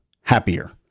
happier